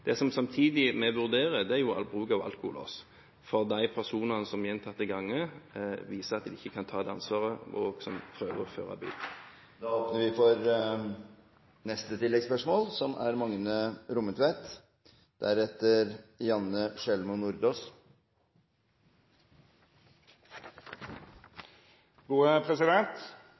Det vi samtidig vurderer, er bruk av alkolås for de personene som gjentatte ganger viser at de ikke kan ta dette ansvaret, og som prøver å føre en bil. Magne Rommetveit – til oppfølgingsspørsmål. Me har nett lagt bak oss eit år som er